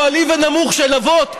גועלי ונמוך של אבות,